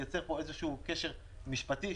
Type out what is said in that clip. שייווצר פה איזשהו קשר משפטי,